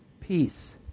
peace